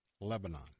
Lebanon